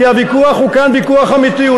כי הוויכוח כאן הוא ויכוח אמיתי.